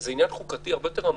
זה עניין חוקתי הרבה יותר עמוק.